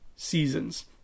seasons